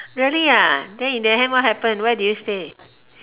really ah then in the end what happen where did you stay